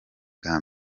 bwa